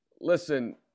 Listen